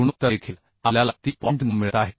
गुणोत्तर देखील आपल्याला 30 मिळत आहेत